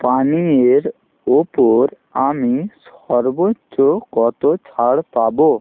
পানীয়ের ওপর আমি সর্বোচ্চ কতো ছাড় পাবো